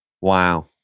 Wow